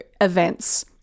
events